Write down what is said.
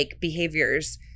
behaviors